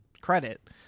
credit